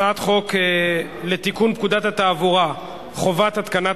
הצעת חוק לתיקון פקודת התעבורה (חובת התקנת